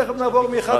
תיכף נעבור מאחד לאחד.